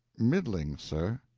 middling, sir.